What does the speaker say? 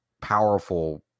powerful